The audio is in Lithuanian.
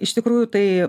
iš tikrųjų tai